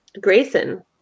grayson